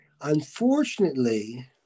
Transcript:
unfortunately